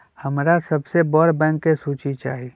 हमरा सबसे बड़ बैंक के सूची चाहि